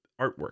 artwork